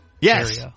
Yes